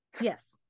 Yes